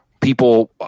people